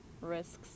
risks